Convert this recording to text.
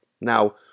Now